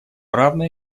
равной